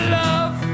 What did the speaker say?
love